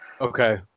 okay